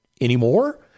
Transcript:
anymore